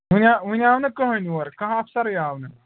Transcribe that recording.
وٕنۍ آو وٕۍ آو نہٕ کٕہٕنۍ اور کانٛہہ اَفسَرٕے آو نہٕ